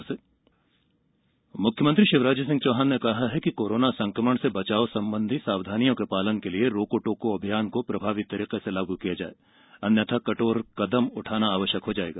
मध्य Pradesh covid मुख्यमंत्री शिवराज सिंह चौहान ने कहा है कि कोरोना संक्रमण से बचाव संबंधी सावधानियों के पालन के लिये रोको टोको अभियान को प्रभावी तरीके से लागू किया जाये अन्यथा कठोर कदम उठाना आवश्यक हो जायेगा